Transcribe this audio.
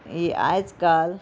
आजकाल